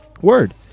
Word